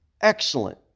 excellent